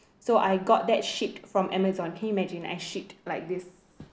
so I got that shipped from Amazon can you imagine I shipped like this